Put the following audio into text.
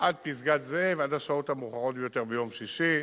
עד פסגת-זאב עד השעות המאוחרות ביותר ביום שישי.